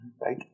right